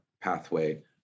pathway